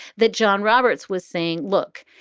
that john roberts was saying, look,